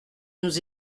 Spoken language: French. nous